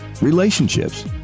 relationships